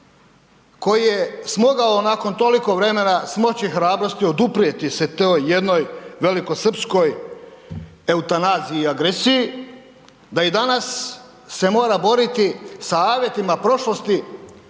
koji je smogao nakon toliko vremena smoći hrabrosti oduprijeti se toj jednoj velikosrpskoj eutanaziji i agresiji, da i danas se mora boriti sa avetima prošlosti